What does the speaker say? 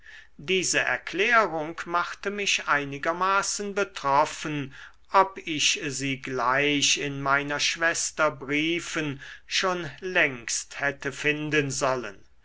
diese erklärung machte mich einigermaßen betroffen ob ich sie gleich in meiner schwester briefen schon längst hätte finden sollen